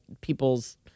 people's